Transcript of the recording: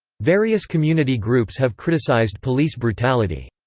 various community groups have criticized police brutality.